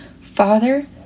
Father